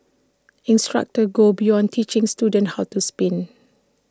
instructors go beyond teaching students how to spin